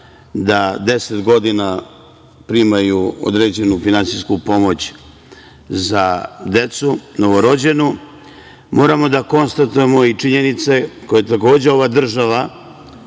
da 10 godina primaju određenu finansijsku pomoć za decu novorođenu. Moramo da konstatujemo i činjenice koje je takođe ova država